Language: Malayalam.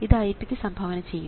ഇത് Ip ക്ക് സംഭാവന ചെയ്യും